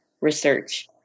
research